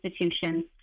institutions